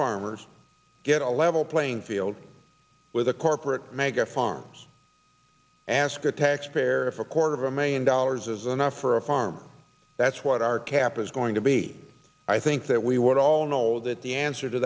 farmers get a level playing field with a corporate mega farms ask a taxpayer if a quarter of a million dollars is enough for a farm that's what our cap is going to be i think that we would all know that the answer to